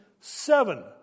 seven